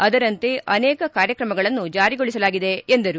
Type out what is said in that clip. ಅದರಂತೆ ಅನೇಕ ಕಾರ್ಯಕ್ರಮಗಳನ್ನು ಜಾರಿಗೊಳಿಸಲಾಗಿದೆ ಎಂದರು